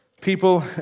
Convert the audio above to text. people